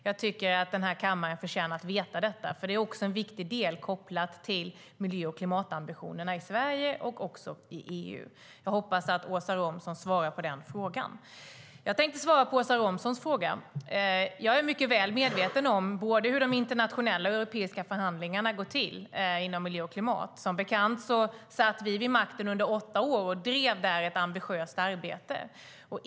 Jag tycker att den här kammaren förtjänar att få veta det, för det är viktigt kopplat till miljö och klimatambitionerna i Sverige och EU. Jag hoppas att Åsa Romson svarar på frågan. Jag tänkte svara på Åsa Romsons fråga. Jag är mycket väl medveten om hur de internationella och europeiska förhandlingarna går till inom miljö och klimat. Som bekant satt vi vid makten under åtta år och drev då ett ambitiöst arbete.